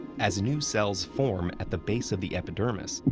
as new cells form at the base of the epidermis,